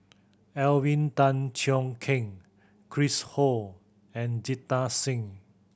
Alvin Tan Cheong Kheng Chris Ho and Jita Singh